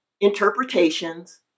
interpretations